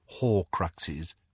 Horcruxes